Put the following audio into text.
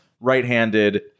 right-handed